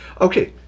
okay